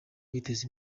kwiteza